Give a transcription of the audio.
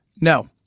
No